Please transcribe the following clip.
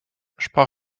sprach